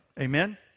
Amen